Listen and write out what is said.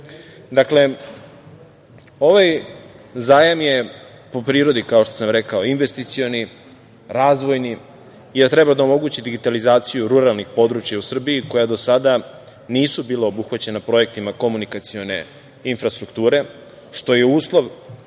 način. Dakle, ovaj zajam je po prirodi, kao što sam rekao, investicioni, razvojni i treba da omogući digitalizaciju ruralnih područja u Srbiji koja do sada nisu bila obuhvaćena projektima komunikacione infrastrukture, što je uslov